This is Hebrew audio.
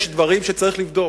יש דברים שצריך לבדוק,